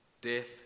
Death